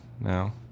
now